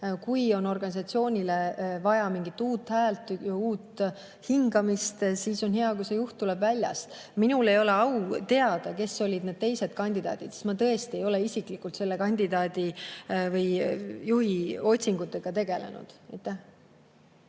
Kui on organisatsioonis vaja mingit uut häält, uut hingamist, siis on hea, kui juht tuleb väljast. Minul ei ole au teada, kes olid need teised kandidaadid. Ma tõesti ei ole isiklikult selle juhi otsingutega tegelenud.